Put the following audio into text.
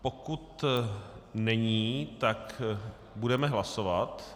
Pokud není, tak budeme hlasovat.